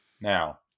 Now